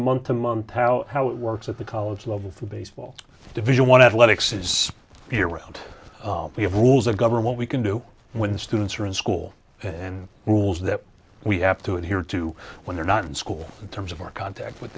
month to month powell how it works at the college level for baseball division one athletics is here what we have rules that govern what we can do when the students are in school and rules that we have to adhere to when they're not in school in terms of our contact with